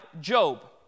Job